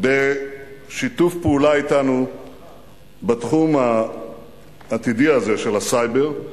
בשיתוף פעולה אתנו בתחום העתידי הזה של הסייבר,